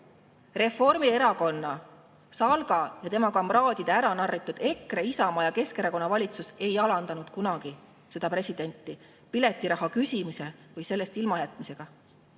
Reformierakonna, SALK-i ja tema kamraadide ära narritud EKRE, Isamaa ja Keskerakonna valitsus, ei alandanud kunagi seda presidenti piletiraha küsimise korral sellest ilmajätmisega.